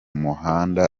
muhanda